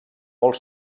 molt